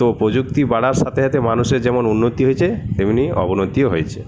তো প্রযুক্তি বাড়ার সাথে সাথে মানুষের যেমন উন্নতি হয়েছে তেমনি অবনতিও হয়েছে